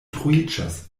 troiĝas